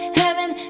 heaven